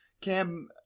Cam